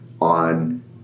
on